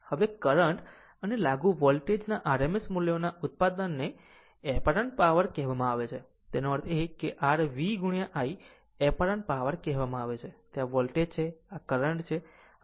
હવે કરંટ અને લાગુ વોલ્ટેજ ના rms મૂલ્યોના ઉત્પાદનને એપારન્ત પાવર કહેવામાં આવે છે તેનો અર્થ એ કે r V I apparent power કહેવામાં આવે છે આ વોલ્ટેજ છે આ કરંટ છે